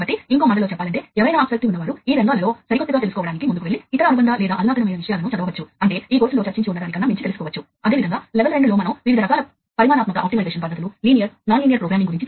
కాబట్టి బస్సు విభాగాలను ఉపయోగించడం ద్వారా నేరుగా అనుసంధానించగల అనేక బస్ విభాగాలు ఉన్నాయి ఆపై అనేక బస్సు విభాగాలను వాస్తవానికి బ్రిడ్జెస్ లేదా రిపీటర్స్ అని పిలుస్తారు